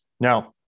Now